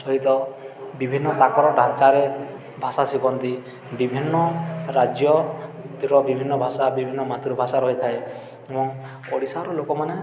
ସହିତ ବିଭିନ୍ନ ତାଙ୍କର ଢାଞ୍ଚାରେ ଭାଷା ଶିଖନ୍ତି ବିଭିନ୍ନ ରାଜ୍ୟର ବିଭିନ୍ନ ଭାଷା ବିଭିନ୍ନ ମାତୃଭାଷା ରହିଥାଏ ଏବଂ ଓଡ଼ିଶାର ଲୋକମାନେ